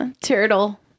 Turtle